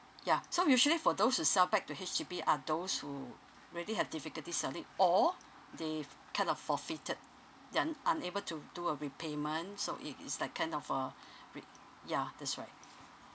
yeah so usually for those who sell back to H_D_B are those who really have difficulty sell it or they've kind of forfeited they are unable to do a repayment so it is like kind of a re~ yeah that's right